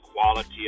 quality